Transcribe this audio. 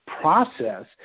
process